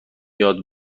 یاد